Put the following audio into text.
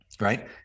right